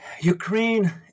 Ukraine